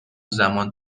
زمان